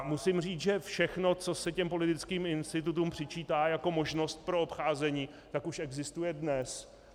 Musím říct, že všechno, co se těm politickým institutům přičítá jako možnost pro obcházení, tak už existuje dnes.